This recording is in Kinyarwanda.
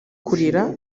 kurira